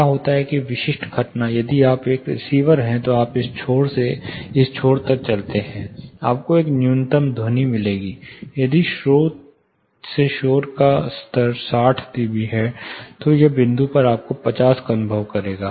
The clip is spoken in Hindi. क्या होता है एक विशिष्ट घटना यदि आप एक रिसीवर हैं तो आप इस छोर से इस छोर तक चलते हैं आपको एक न्यूनतम ध्वनि मिलेगी यदि स्रोत से शोर का स्तर 60 DB है तो इस बिंदु पर आपको 50 का अनुभव होगा